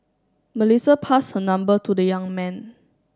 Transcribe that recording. Melissa passed her number to the young man